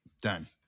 Done